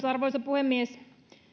arvoisa puhemies